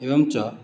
एवञ्च